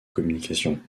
communication